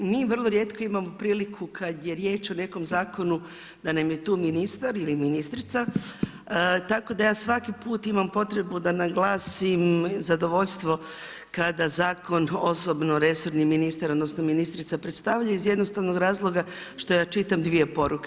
Mi vrlo rijetko imamo priliku kada je riječ o nekom zakonu da nam je tu ministar ili ministrica, tako da ja svaki put imam potrebu da naglasim zadovoljstvo kada zakon osobno resorni ministar odnosno ministrica predstavlja, iz jednostavnog razloga što ja čitam dvije poruke.